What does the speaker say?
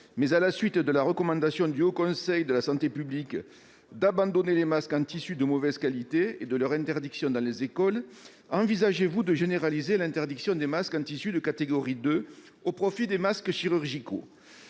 à la suite de la recommandation du Haut Conseil de la santé publique d'abandonner les masques en tissu de mauvaise qualité et de leur prohibition dans les écoles, envisagez-vous de généraliser l'interdiction des masques en tissu de catégorie 2, au profit des masques chirurgicaux